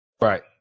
Right